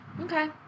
Okay